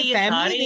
family